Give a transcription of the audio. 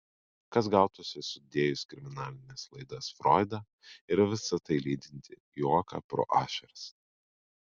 kas gautųsi sudėjus kriminalines laidas froidą ir visa tai lydintį juoką pro ašaras